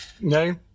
No